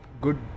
good